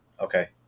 Okay